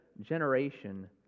generation